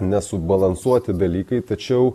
nesubalansuoti dalykai tačiau